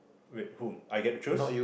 wait whom I get to choose